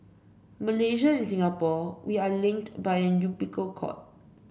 Malaysia and Singapore we are linked by an umbilical cord